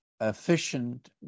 efficient